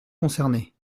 concernées